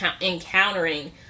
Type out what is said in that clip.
encountering